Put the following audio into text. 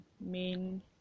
main